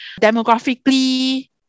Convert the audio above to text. demographically